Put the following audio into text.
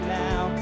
now